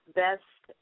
best